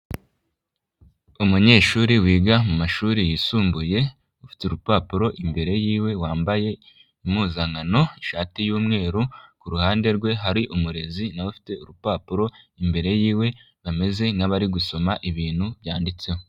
Umunyeshuri wiga mu mashuri yisumbuye ufite urupapuro imbere y'iwe, wambaye impuzankano ishati y'umweru, ku ruhande rwe hari umurezi na we ufite urupapuro imbere y'iwe, bameze nk'abari gusoma ibintu byanditseho.